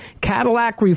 Cadillac